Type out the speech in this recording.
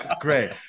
Great